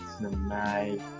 tonight